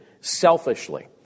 selfishly